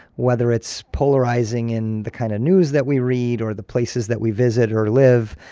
whether it's polarizing in the kind of news that we read or the places that we visit or live.